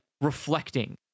reflecting